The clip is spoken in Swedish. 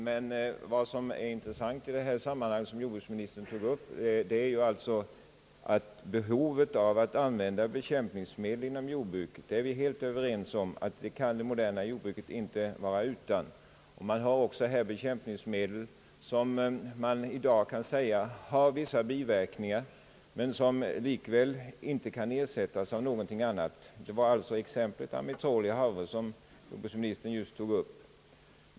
Vad som främst är intressant av det jordbruksministern tog upp i sitt svar är således behovet av att använda bekämpningsmedel inom jordbruket och där är vi helt överens om att det moderna jordbruket inte kan vara utan dessa. Det finns också bekämpningsmedel i dag, som man kan påstå har vissa biverkningar, men som likväl inte kan ersättas av någonting annat. Det var alltså mitt exempel om amitrol som jordbruksministern just tog upp.